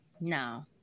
No